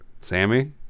Sammy